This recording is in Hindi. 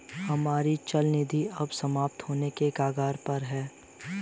हमारी चल निधि अब समाप्त होने के कगार पर है